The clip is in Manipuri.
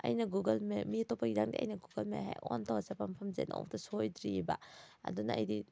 ꯑꯩꯅ ꯒꯨꯒꯜ ꯃꯦꯞ ꯃꯤ ꯑꯇꯣꯞꯄꯒꯤꯗꯤ ꯈꯪꯗꯦ ꯑꯩꯅ ꯒꯨꯒꯜ ꯃꯦꯞ ꯍꯦꯛ ꯑꯣꯟ ꯇꯧꯔꯒ ꯆꯠꯄ ꯃꯐꯝꯁꯦ ꯅꯣꯡꯃꯇ ꯁꯣꯏꯗ꯭ꯔꯤꯑꯕ ꯑꯗꯨꯅ ꯑꯩꯗꯤ